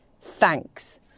Thanks